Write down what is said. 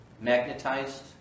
magnetized